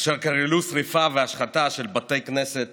אשר כללו שרפה והשחתה של בתי כנסת